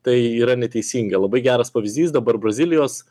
tai yra neteisinga labai geras pavyzdys dabar brazilijos